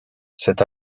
cet